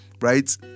right